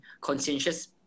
conscientious